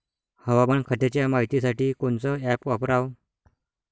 हवामान खात्याच्या मायतीसाठी कोनचं ॲप वापराव?